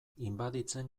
inbaditzen